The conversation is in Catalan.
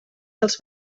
dels